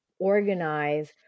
organize